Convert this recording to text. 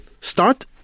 Start